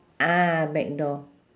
ah back door